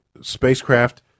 spacecraft